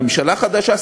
ממשלה חדשה,